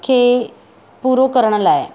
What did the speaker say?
खे पूरो करण लाइ